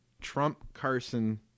Trump-Carson